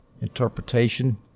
interpretation